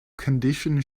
condition